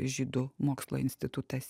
žydų mokslo institutas